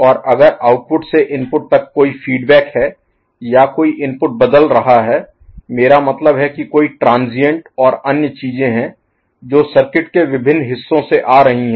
और अगर आउटपुट से इनपुट तक कोई फीडबैक है या कोई इनपुट बदल रहा है मेरा मतलब है कि कोई ट्रांसिएंट और अन्य चीजें हैं जो सर्किट के विभिन्न हिस्सों से आ रही हैं